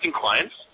clients